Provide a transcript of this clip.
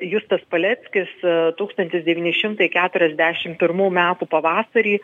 justas paleckis tūkstantis devyni šimtai keturiasdešim pirmų metų pavasarį